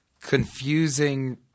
confusing –